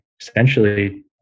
essentially